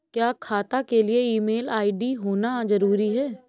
क्या खाता के लिए ईमेल आई.डी होना जरूरी है?